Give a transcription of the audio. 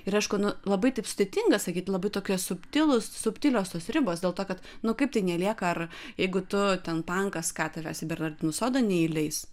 ir aišku nu labai taip sudėtinga sakyt labai tokie subtilūs subtilios tos ribos dėl to kad nu kaip tai nelieka ar jeigu tu ten pankas ką tavęs į bernardinų sodą neįleis